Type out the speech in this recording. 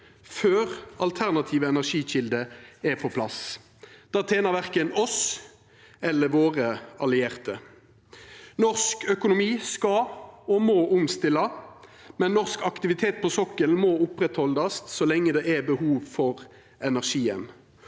før alternative energikjelder er på plass. Det tener verken oss eller våre allierte. Norsk økonomi skal og må omstilla, men norsk aktivitet på sokkelen må oppretthaldast så lenge det er behov for energien.